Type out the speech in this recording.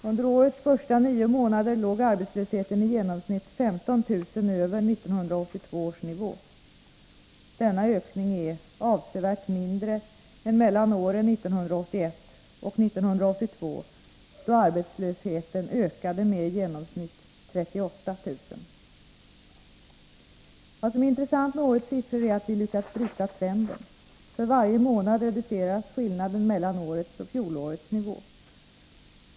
Under årets första nio månader låg arbetslösheten i genomsnitt 15 000 över 1982 års nivå. Denna ökning är avsevärt mindre än mellan åren 1981 och 1982, då arbetslösheten ökade med i genomsnitt 38 000. Vad som är intressant med årets siffror är att vi lyckats bryta trenden. För varje månad reduceras skillnaden mellan årets och fjolårets nivå.